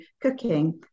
cooking